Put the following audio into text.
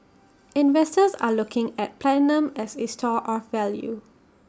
investors are looking at platinum as A store of value